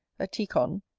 a tecon,